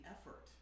effort